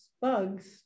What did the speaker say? bugs